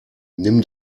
nimm